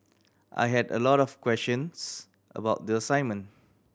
I had a lot of questions about the assignment